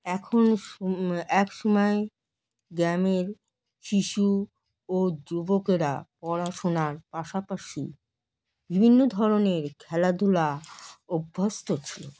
এখন এক সময় গ্রামের শিশু ও যুবকেরা পড়াশোনার পাশাপাশি বিভিন্ন ধরনের খেলাধুলায় অভ্যস্ত ছিল